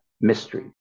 mystery